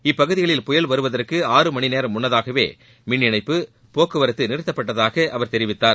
இப்பகுதிகளில் புயல் வருவதற்கு ஆறு மணி நேரம் முன்னதாகவே மின் இணைப்பு போக்குவரத்து நிறுத்தப்பட்டதாகத் அவர் தெரிவித்தார்